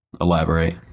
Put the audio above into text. elaborate